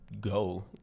go